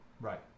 Right